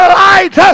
light